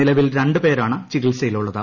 നിലവിൽ രണ്ടുപേരാണ് ചികിത്സയിലുള്ളത്